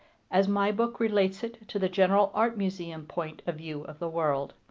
as my book relates it to the general art museum point of view of the world.